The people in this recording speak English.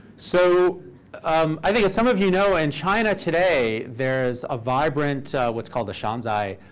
so um i think as some of you know, in china today, there's a vibrant, what's called the shanzai,